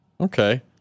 Okay